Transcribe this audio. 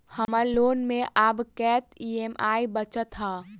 हम्मर लोन मे आब कैत ई.एम.आई बचल ह?